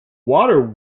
water